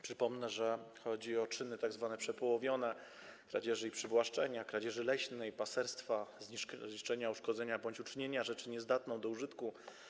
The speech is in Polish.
Przypomnę, że chodzi o czyny tzw. przepołowione: kradzieży i przywłaszczenia, kradzieży leśnej, paserstwa, zniszczenia, uszkodzenia bądź uczynienia rzeczy niezdatną do użytku.